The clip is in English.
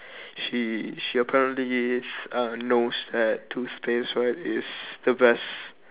she she apparently uh knows that toothpaste right is the best